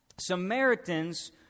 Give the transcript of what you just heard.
Samaritans